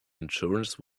insurance